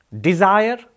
desire